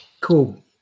Cool